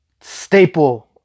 staple